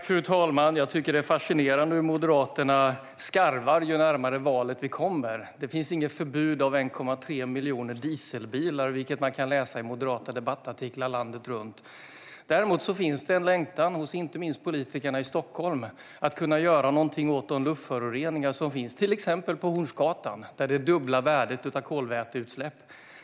Fru talman! Jag tycker att det är fascinerande hur Moderaterna skarvar ju närmare valet vi kommer. Det finns inget förbud mot 1,3 miljoner dieselbilar, vilket man kan läsa i moderata debattartiklar landet runt. Däremot finns det en längtan, inte minst hos politikerna i Stockholm, att kunna göra någonting åt de luftföroreningar som finns till exempel på Hornsgatan där kolväteutsläppsvärdet är det dubbla.